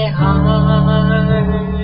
heart